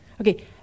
Okay